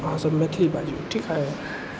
अहाँ सभ मैथिली बाजू ठीक हय